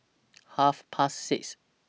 Half Past six